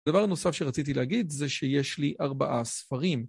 דבר נוסף שרציתי להגיד זה שיש לי ארבעה ספרים.